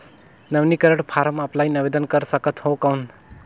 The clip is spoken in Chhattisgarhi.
नवीनीकरण फारम ऑफलाइन आवेदन कर सकत हो कौन?